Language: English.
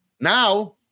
now